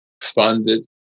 funded